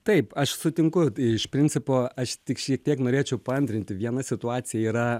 taip aš sutinku iš principo aš tik šiek tiek norėčiau paantrinti viena situacija yra